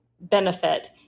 benefit